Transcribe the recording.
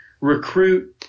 recruit